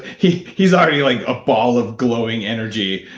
he's he's already like a ball of glowing energy.